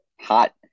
hot –